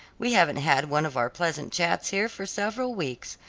we haven't had one of our pleasant chats here for several weeks.